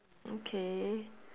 okay